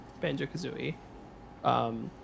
Banjo-Kazooie